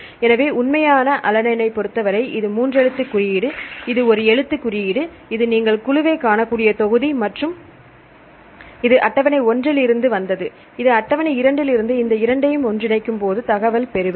எனவே உண்மையான அலனைனைப் பொறுத்தவரை இது மூன்று எழுத்துக் குறியீடு இது ஒரு எழுத்துக் குறியீடு இது நீங்கள் குழுவைக் காணக்கூடிய தொகுதி மற்றும் இது அட்டவணை 1 லிருந்து வந்தது இது அட்டவணை 2 லிருந்து இந்த இரண்டையும் ஒன்றிணைக்கும் போது தகவல் பெறுவேன்